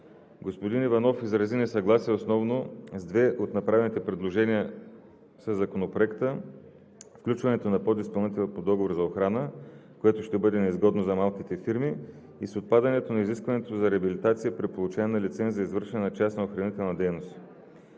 Господин Иванов изрази несъгласие основно с две от направените предложения в Законопроекта – включването на подизпълнител по договор за охрана, което ще бъде неизгодно за малките фирми, и отпадането на изискването за реабилитация при получаване на лиценз за извършване на частна охранителна дейност.